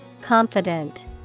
Confident